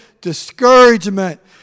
discouragement